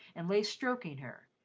and lay stroking her,